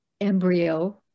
embryo